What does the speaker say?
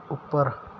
ਉੱਪਰ